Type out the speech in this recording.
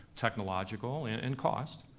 technological, and and cost.